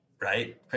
right